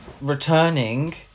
returning